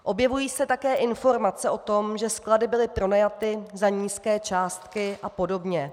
Objevují se také informace o tom, že sklady byly pronajaty za nízké částky a podobně.